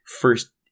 first